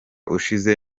ushize